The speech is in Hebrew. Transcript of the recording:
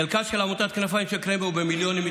חלקה של עמותת כנפיים של קרמבו במיליונים,